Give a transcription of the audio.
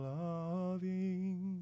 loving